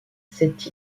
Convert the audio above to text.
cette